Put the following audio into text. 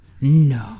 No